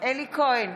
אלי כהן,